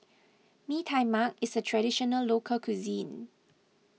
Mee Tai Mak is a Traditional Local Cuisine